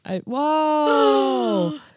whoa